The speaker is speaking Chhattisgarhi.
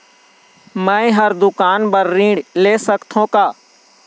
मैं हर दुकान बर ऋण ले सकथों का?